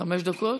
חמש דקות?